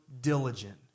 diligent